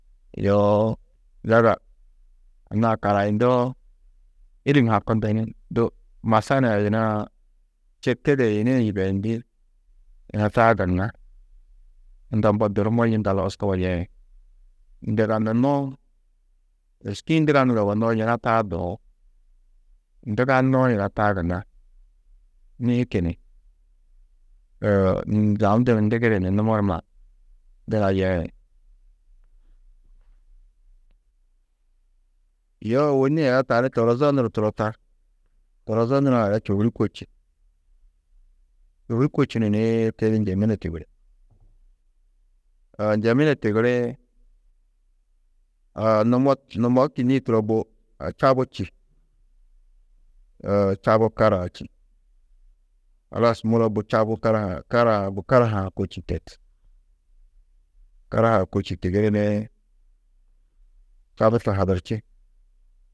Yoo zaga anna-ã karayindoo îlim hakundu ni du masanaa yinaa de yina yê yibeyindĩ, yina taa gunna unda mbo durumo yiŋgaldu oskaba yeĩ. Nduganunoó êriski-ĩ nduganudo yugonnoó yina taa durũú. Nduganoo yina taa gunna nihiki ni zamdunu ndigiri ni numo numa duna yeĩ ni. Yo ôwonni aya tani torozo nur turo tar, torozo nurã aya čôhuri kôči, čôhuri kôčinu ni tedî Njemine tigiri, Njemine tigirĩ, numo, numo kînniĩ turo bu čabu čî. Čabu karaa čî. Halas muro bu čabu karaha-ã, kara-ã bu karaha-ã ha kôči tet. Karaha kôči tigiri ni čabu to hadurči.